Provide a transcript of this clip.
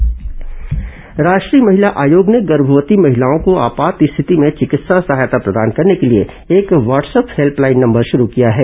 महिला आयोग helpline number राष्ट्रीय महिला आयोग ने गर्भवती महिलाओं को आपात स्थिति में चिकित्सा सहायता प्रदान करने के लिए एक व्हाटसएप हेल्पलाइन नंबर शुरू किया है